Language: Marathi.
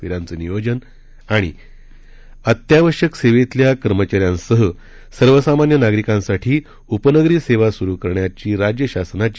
फेन्यांचं नियोजन अत्यावश्यक सेवेतल्या कर्मचाऱ्यांसह सर्वसामान्य नागरिकांसाठी उपनगरी सेवा सुरू करण्याची राज्य शासनाची